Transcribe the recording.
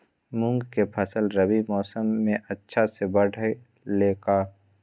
मूंग के फसल रबी मौसम में अच्छा से बढ़ ले का?